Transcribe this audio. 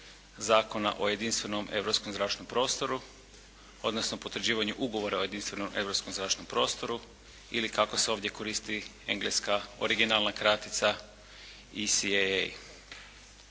Zakona o jedinstvenom europskom zračnom prostoru, odnosno potvrđivanju Ugovora o jedinstvenom europskom zračnom prostoru ili kako se ovdje koristi engleska originalna kratica ECAA.